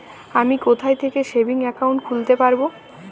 আমি কোথায় থেকে সেভিংস একাউন্ট খুলতে পারবো?